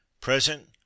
Present